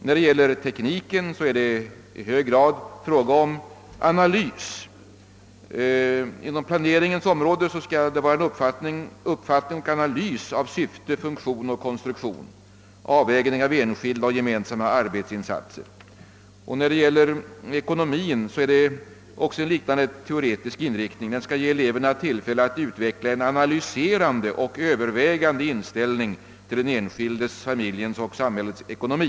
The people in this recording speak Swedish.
När det gäller tekniken är det i hög grad fråga om analys och inom planeringsområdet uppfattning och analys av syfte, funktion och konstruktion, avvägning av enskilda och gemensamma arbetsinsatser. Beträffande ekonomin finns en liknande teoretisk inriktning. Undervisningen skall ge eleverna tillfälle att utveckla en analyserande och Övervägande inställning till den enskildes, familjens och samhällets ekonomi.